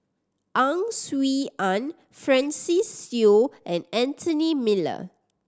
Ang Swee Aun Francis Seow and Anthony Miller